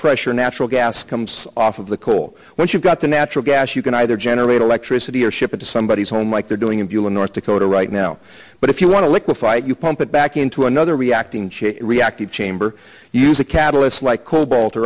pressure natural gas comes off of the coal when you've got the natural gas you can either generate electricity or ship it to somebody's home like they're doing in fuel in north dakota right now but if you want to liquify you pump it back into another reacting chain reactive chamber use a catalyst like c